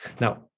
Now